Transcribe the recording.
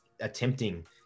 attempting